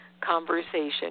conversation